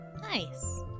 Nice